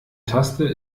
taste